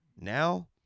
Now